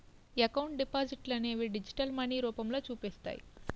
account డిపాజిట్లనేవి digital money రూపంలో చూపిస్తాయి